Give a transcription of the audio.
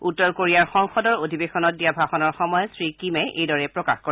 উত্তৰ কোৰিয়াৰ সংসদৰ অধিৱেশনত দিয়া ভাষণৰ সময়ত শ্ৰীকিমে এইদৰে প্ৰকাশ কৰে